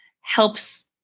helps